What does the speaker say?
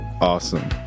awesome